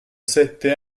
sette